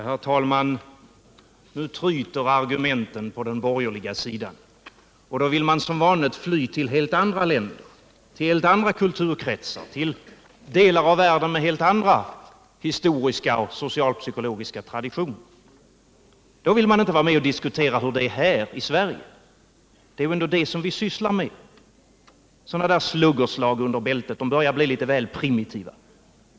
Herr talman! Nu tryter argumenten på den borgerliga sidan, och då vill man som vanligt fly till helt andra länder, till andra kulturkretsar och delar av världen med helt andra historiska och socialpsykologiska traditioner. Då vill man inte vara med och diskutera hur det är här i Sverige, men det är ändå det som vi sysslar med. Sådana där sluggerslag under bältet är litet väl primitiva.